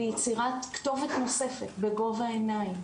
ליצירת כתובת נוספת בגובה העיניים,